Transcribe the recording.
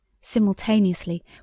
Simultaneously